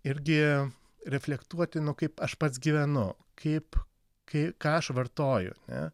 irgi reflektuoti nu kaip aš pats gyvenu kaip kai ką aš vartoju ne